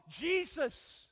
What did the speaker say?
Jesus